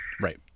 Right